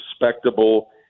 respectable